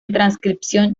transcripción